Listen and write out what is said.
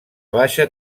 baixa